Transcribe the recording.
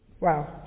Wow